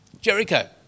Jericho